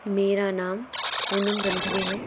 मेरा नाम पूनम रंधवे है